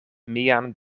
mian